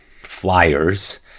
flyers